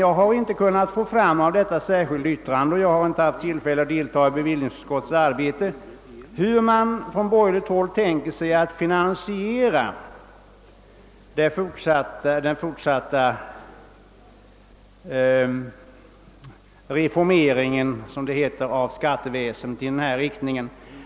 Jag har dock inte ur detta särskilda yttrande kunnat utläsa — jag har inte heller haft tillfälle att delta i bevillningsutskottets arbete — hur man på borgerligt håll tänker sig att finansiera den fortsatta reformeringen — som det heter — av skatteväsendet i denna riktning.